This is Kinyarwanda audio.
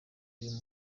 y’uyu